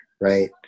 right